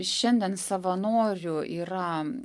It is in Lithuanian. šiandien savanorių yra